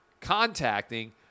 contacting